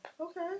okay